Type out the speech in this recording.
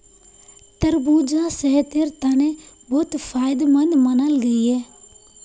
तरबूजा सेहटेर तने बहुत फायदमंद मानाल गहिये